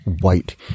white